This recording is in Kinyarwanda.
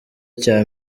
cya